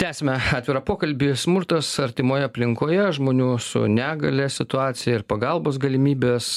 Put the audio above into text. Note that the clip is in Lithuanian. tęsiame atvirą pokalbį smurtas artimoje aplinkoje žmonių su negalia situacija ir pagalbos galimybės